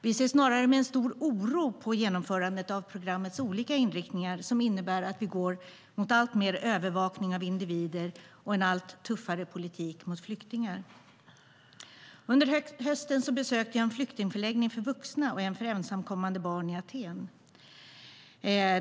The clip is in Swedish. Vi ser snarare med en stor oro på genomförandet av programmets olika inriktningar som innebär att vi går mot alltmer övervakning av individer och en allt tuffare politik mot flyktingar. Under hösten besökte jag en flyktingförläggning för vuxna och en för ensamkommande barn i Aten.